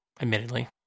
admittedly